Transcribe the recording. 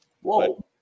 Whoa